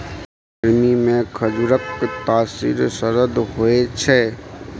गरमीमे खजुरक तासीर सरद होए छै